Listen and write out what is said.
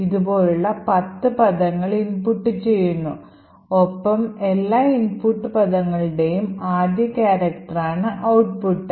ഇതുപോലുള്ള പത്ത് പദങ്ങൾ ഇൻപുട്ട് ചെയ്യുന്നു ഒപ്പം എല്ലാ ഇൻപുട്ട് പദങ്ങളുടെയും ആദ്യ ക്യാരക്ടർ ആണ് ഔട്ട്പുട്ട്